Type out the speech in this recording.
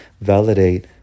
Validate